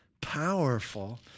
Powerful